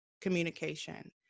communication